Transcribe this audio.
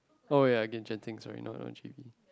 oh ya ya again Chan Ting we are not in j_b